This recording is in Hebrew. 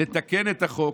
לתקן את החוק,